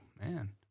man